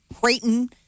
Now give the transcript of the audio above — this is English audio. Creighton